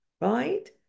right